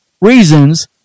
reasons